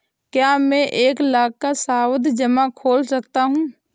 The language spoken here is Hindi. क्या मैं एक लाख का सावधि जमा खोल सकता हूँ?